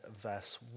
verse